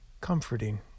comforting